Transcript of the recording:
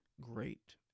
great